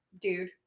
dude